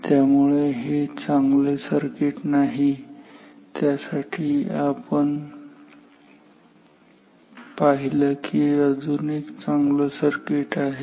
त्यामुळे हे चांगले सर्किट नाही आणि त्यामुळे आपण पाहिलं की अजून एक चांगलं सर्किट आहे